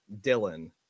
Dylan